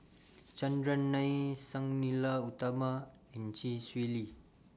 Chandran Nair Sang Nila Utama and Chee Swee Lee